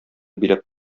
биләп